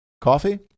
Coffee